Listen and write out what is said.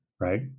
right